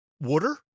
water